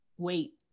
wait